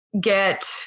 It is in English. get